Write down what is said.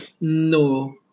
No